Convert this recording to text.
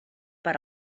per